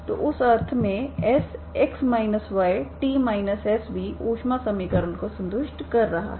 तो उस अर्थ में Sx yt s भी ऊष्मा समीकरण को संतुष्ट कर रहा है